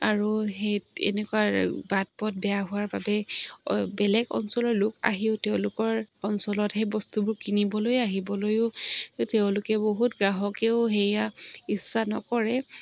আৰু সেই এনেকুৱা বাট পথ বেয়া হোৱাৰ বাবে বেলেগ অঞ্চলৰ লোক আহিও তেওঁলোকৰ অঞ্চলত সেই বস্তুবোৰ কিনিবলৈ আহিবলৈও তেওঁলোকে বহুত গ্ৰাহকেও সেয়া ইচ্ছা নকৰে